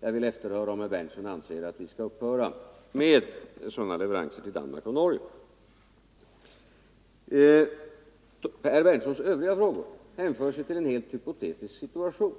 Jag vill fråga om herr Berndtson anser att vi skall upphöra med sådana leveranser till Danmark och Norge. Herr Berndtsons övriga frågor hänför sig till en helt hypotetisk situation.